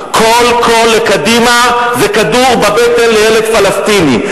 קדימה: כל קול לקדימה זה כדור בבטן לילד פלסטיני.